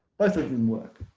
both of them work.